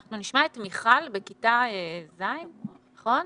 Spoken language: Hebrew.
אנחנו נשמע את מיכל, בכיתה ז', נכון?